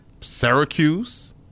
Syracuse